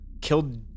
killed